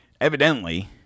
evidently